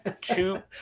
Two